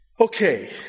Okay